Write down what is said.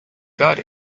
got